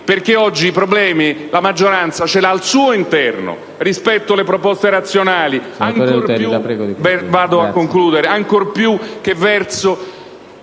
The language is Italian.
perché oggi i problemi la maggioranza li ha al suo interno rispetto alle proposte razionali,